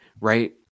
Right